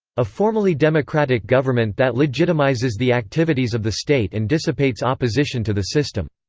a formally democratic government that legitimises the activities of the state and dissipates opposition to the system.